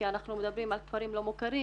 כי אנחנו מדברים על כפרים לא מוכרים,